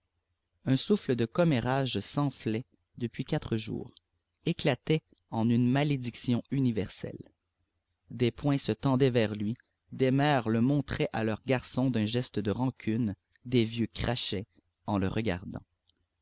un souffle de commérages s'enflait depuis quatre jours éclatait en une malédiction universelle des poings se tendaient vers lui des mères le montraient à leurs garçons d'un geste de rancune des vieux crachaient en le regardant